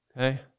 Okay